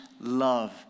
love